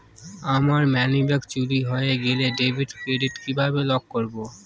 আমার মানিব্যাগ চুরি হয়ে গেলে ডেবিট কার্ড কিভাবে লক করব?